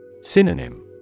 Synonym